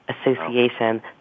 association